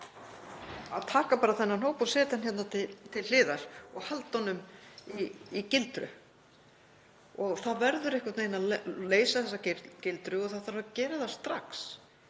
að taka bara þennan hóp og setja hann til hliðar og halda honum í gildru. Það verður einhvern veginn að leysa þá gildru og það þarf að gera það strax.